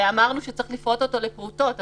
ואמרנו שצריך לפרוט אותו לפרוטות.